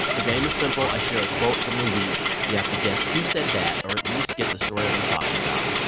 the game is simple. i share a quote from the week. you have to guess who said that or at least get the story that i'm talking about.